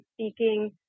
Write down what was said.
speaking